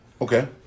Okay